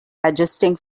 adjusting